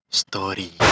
story